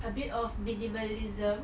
a bit of minimalism